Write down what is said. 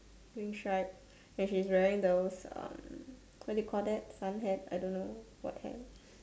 green stripes and she's wearing those um what do you call that sun hat I don't know what hat